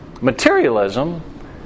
Materialism